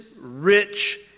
rich